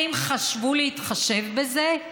האם חשבו להתחשב בזה?